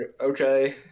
okay